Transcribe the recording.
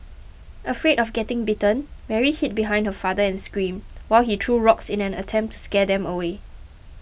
afraid of getting bitten Mary hid behind her father and screamed while he threw rocks in an attempt to scare them away